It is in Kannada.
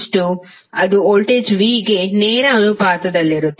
ಅದು ವೋಲ್ಟೇಜ್ v ಗೆ ನೇರ ಅನುಪಾತದಲ್ಲಿರುತ್ತದೆ